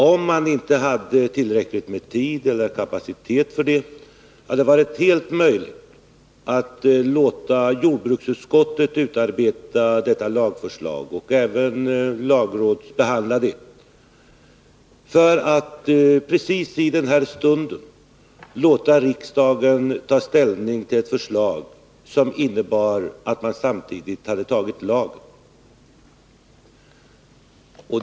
Om de inte hade tillräckligt med tid eller kapacitet för detta, hade det varit fullt möjligt att låta jordbruksutskottet utarbeta detta lagförslag och även låta lagrådet behandla det, för att precis i denna stund låta riksdagen ta ställning till ett förslag som hade inneburit att man samtidigt antagit lagen.